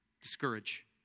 Discourage